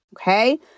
okay